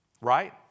right